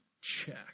check